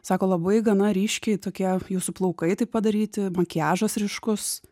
sako labai gana ryškiai tokie jūsų plaukai taip padaryti makiažas ryškus